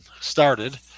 started